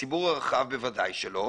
ולציבור הרחב בוודאי שלא,